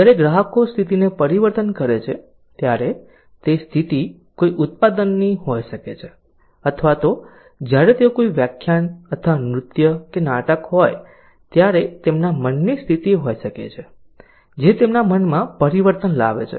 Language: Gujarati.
જ્યારે ગ્રાહકો સ્થિતિને પરિવર્તન કરે છે ત્યારે તે સ્થિતિ કોઈ ઉત્પાદન ની હોઈ શકે છે અથવા તો જ્યારે તેવો કોઈ વ્યાખ્યાન અથવા નૃત્ય કે નાટક હોઈ ત્યારે તેમના મન ની સ્થિતિ હોઈ શકે છે જે તેમના મનમાં પરિવર્તન લાવે છે